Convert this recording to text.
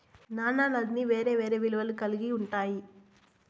నాణాలన్నీ వేరే వేరే విలువలు కల్గి ఉంటాయి